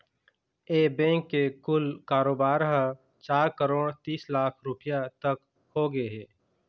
ए bank के कुल कारोबार ह चार करोड़ तीस लाख रूपिया तक होगे हे